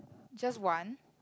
just one